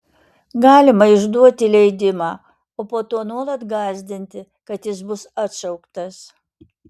galima išduoti leidimą o po to nuolat gąsdinti kad jis bus atšauktas